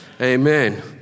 Amen